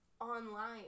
online